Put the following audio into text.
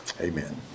amen